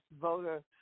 voter